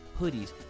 hoodies